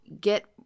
get